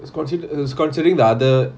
it's consider~ considering the other